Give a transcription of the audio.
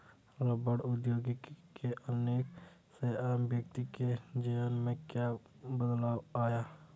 रबड़ प्रौद्योगिकी के आने से आम व्यक्ति के जीवन में क्या बदलाव आया?